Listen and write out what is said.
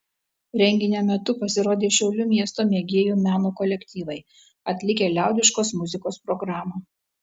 renginio metu pasirodė šiaulių miesto mėgėjų meno kolektyvai atlikę liaudiškos muzikos programą